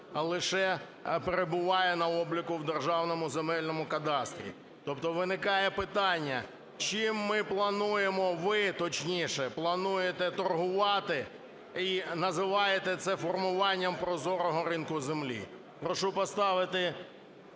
лише перебуває на обліку в Державному земельному кадастрі. Тобто виникає питання: чим ми плануємо, ви, точніше, плануєте торгувати і називаєте це формуванням прозорого ринку землі. Прошу поставити